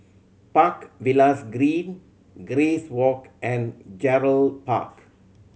Park Villas Green Grace Walk and Gerald Park